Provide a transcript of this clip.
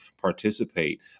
participate